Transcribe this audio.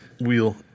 wheel